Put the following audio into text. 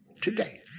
today